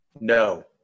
No